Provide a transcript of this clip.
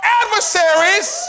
adversaries